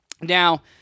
Now